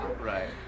Right